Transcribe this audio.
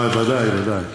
ודאי, ודאי.